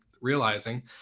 realizing